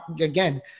again